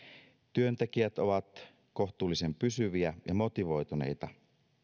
työntekijät ovat kohtuullisen pysyviä ja motivoituneita